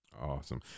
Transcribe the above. Awesome